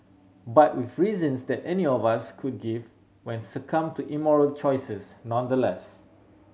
but with reasons that any of us could give when succumb to immoral choices nonetheless